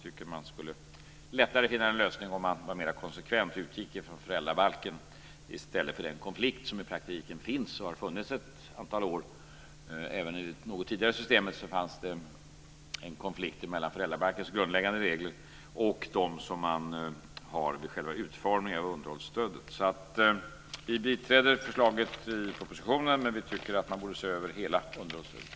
Vi tror att det vore lättare att hitta en lösning om man var mera konsekvent och utgick från föräldrabalken i stället för från den konflikt som finns och har funnits under ett antal år. Även i det tidigare systemet fanns det en konflikt mellan föräldrabalkens grundläggande regler och de regler som tillämpas vid utformningen av underhållsstödet. Vi biträder förslaget i propositionen, men vi tycker att man borde se över hela underhållsstödet.